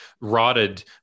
rotted